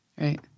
Right